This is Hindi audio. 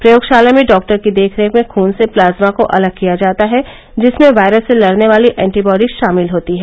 प्रयोगशाला में डॉक्टर की देख रेख में खून से प्लाज्मा को अलग किया जाता है जिसमें वायरस से लड़ने वाली एंटीबाडी शामिल होती हैं